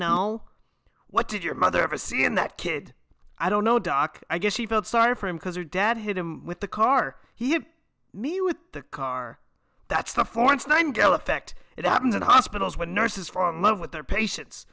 know what did your mother ever see in that kid i don't know doc i guess she felt sorry for him because her dad hit him with the car he hit me with the car that's the force nine gallup fact it happens in hospitals when nurses from love with their patients